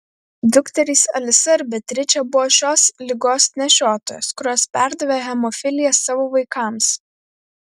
dukterys alisa ir beatričė buvo šios ligos nešiotojos kurios perdavė hemofiliją savo vaikams